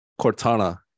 Cortana